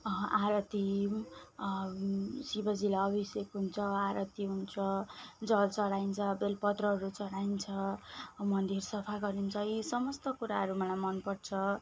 आरती शिवजीलाई अभिषेक हुन्छ आरती हुन्छ जल चढाइन्छ बेलपत्रहरू चढाइन्छ मन्दिर सफा गरिन्छ यी समस्त कुराहरू मलाई मनपर्छ